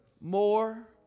more